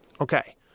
Okay